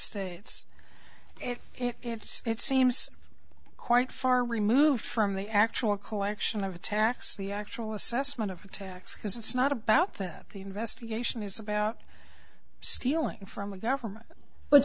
states and it's it seems quite far removed from the actual collection of attacks the actual assessment of attacks because it's not about that the investigation is about stealing from the government but